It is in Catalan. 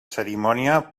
cerimònia